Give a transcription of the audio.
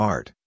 Art